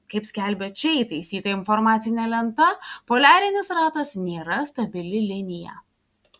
kaip skelbia čia įtaisyta informacinė lenta poliarinis ratas nėra stabili linija